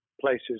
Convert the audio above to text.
places